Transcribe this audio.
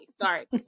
Sorry